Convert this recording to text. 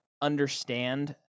understand